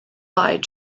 lied